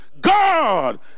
God